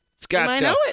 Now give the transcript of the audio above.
Scottsdale